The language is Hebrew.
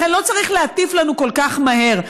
לכן לא צריך להטיף לנו כל כך מהר.